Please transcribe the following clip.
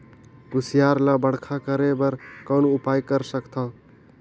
कुसियार ल बड़खा करे बर कौन उपाय कर सकथव?